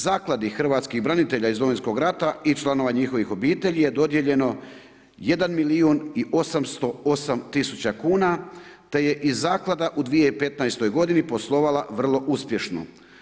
Zakladi hrvatskih branitelja i Domovinskog rata i članova njihovih obitelji je dodijeljeno 1 milijun i 808 tisuća kuna, te je i Zaklada u 2015. godini poslova vrlo uspješno.